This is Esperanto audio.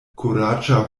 kuraĝa